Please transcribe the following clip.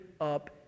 Up